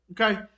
Okay